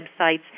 websites